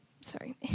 sorry